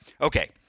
Okay